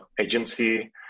agency